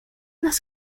las